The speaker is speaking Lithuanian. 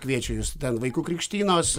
kviečia jus ten vaikų krikštynos